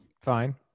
fine